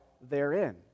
therein